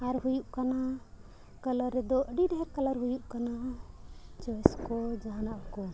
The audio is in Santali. ᱟᱨ ᱦᱩᱭᱩᱜ ᱠᱟᱱᱟ ᱠᱟᱞᱟᱨ ᱨᱮᱫᱚ ᱟᱹᱰᱤ ᱰᱷᱮᱹᱨ ᱠᱟᱞᱟᱨ ᱦᱩᱭᱩᱜ ᱠᱟᱱᱟ ᱪᱚᱭᱮᱥ ᱠᱚ ᱡᱟᱦᱟᱱᱟᱜ ᱠᱚ